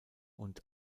und